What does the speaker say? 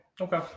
Okay